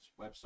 website